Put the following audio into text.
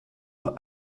alors